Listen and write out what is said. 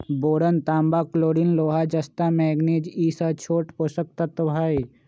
boron तांबा chlorine लोहा जस्ता मैग्निज ई स छोट पोषक तत्त्व हई